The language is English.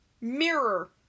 Mirror